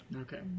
Okay